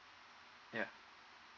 ya